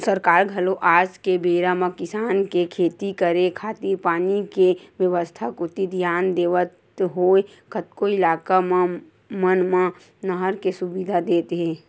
सरकार घलो आज के बेरा म किसान के खेती करे खातिर पानी के बेवस्था कोती धियान देवत होय कतको इलाका मन म नहर के सुबिधा देत हे